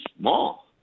small